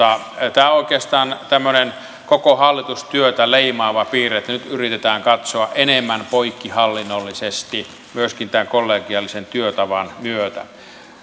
tämä on oikeastaan tämmöinen koko hallitustyötä leimaava piirre että nyt yritetään katsoa enemmän poikkihallinnollisesti myöskin tämän kollegiaalisen työtavan myötä